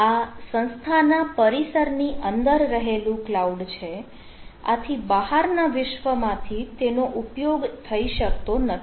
આ સંસ્થાના પરિસરની અંદર રહેલું ક્લાઉડ છે આથી બહારના વિશ્વમાંથી તેનો ઉપયોગ થઈ શકતો નથી